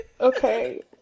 Okay